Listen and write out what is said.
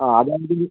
അ അതിലെങ്കില്